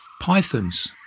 pythons